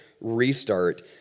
restart